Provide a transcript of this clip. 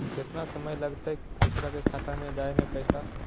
केतना समय लगतैय दुसर के खाता में जाय में पैसा?